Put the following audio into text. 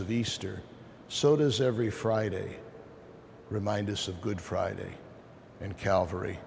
of easter so does every friday remind us of good friday and calvary